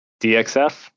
DXF